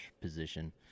position